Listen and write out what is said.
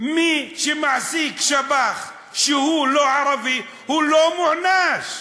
מי שמעסיק שב"ח שהוא לא ערבי, הוא לא מוענש.